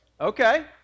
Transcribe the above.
Okay